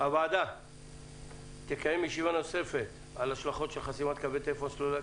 הוועדה תקיים ישיבה נוספת על השלכות של חסימת קווי טלפון סלולריים.